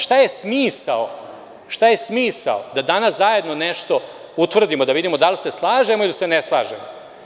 Šta je smisao da danas zajedno nešto utvrdimo, da vidimo da li se slažemo ili se ne slažemo?